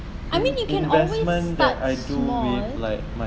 I mean you can always start small